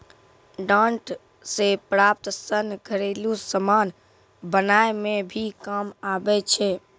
डांट से प्राप्त सन घरेलु समान बनाय मे भी काम आबै छै